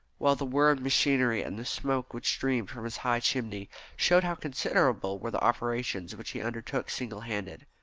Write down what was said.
while the whirr of machinery and the smoke which streamed from his high chimney showed how considerable were the operations which he undertook single-handed.